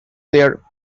their